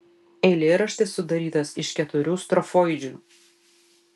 eilėraštis sudarytas iš keturių strofoidžių